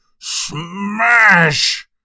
Smash